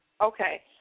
Okay